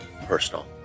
personal